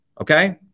okay